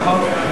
נכון.